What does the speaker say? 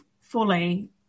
fully